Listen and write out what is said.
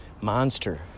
Monster